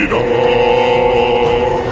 oh!